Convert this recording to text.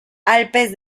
alpes